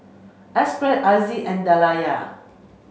Aziz and Dayana